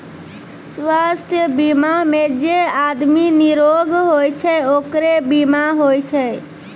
स्वास्थ बीमा मे जे आदमी निरोग होय छै ओकरे बीमा होय छै